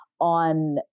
on